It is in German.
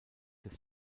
des